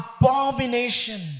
abomination